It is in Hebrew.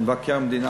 ומבקר המדינה,